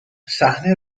صحنه